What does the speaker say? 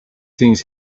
things